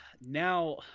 now